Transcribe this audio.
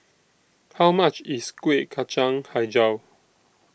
How much IS Kueh Kacang Hijau